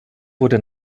wurde